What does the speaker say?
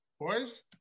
boys